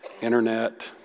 internet